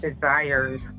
desires